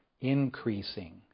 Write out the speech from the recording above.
increasing